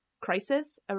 Crisis